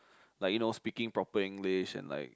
like you know speaking proper English and like